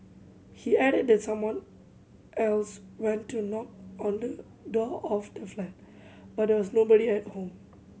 he added that someone else went to knock on the door of the flat but there was nobody at home